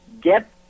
get